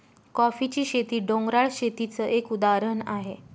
कॉफीची शेती, डोंगराळ शेतीच एक उदाहरण आहे